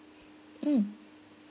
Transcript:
mm